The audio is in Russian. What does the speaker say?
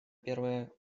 первое